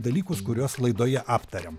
dalykus kuriuos laidoje aptariam